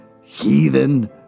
heathen